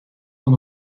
van